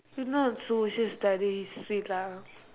is not social studies see lah